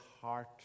heart